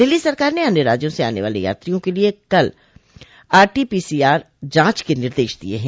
दिल्ली सरकार ने अन्य राज्यों से आने वाले यात्रियों के लिए कल आरटीपीसीआर जांच कराने के निर्देश दिये हैं